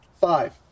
Five